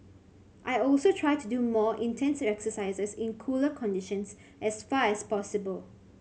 I also try to do my more intense exercises in cooler conditions as far as possible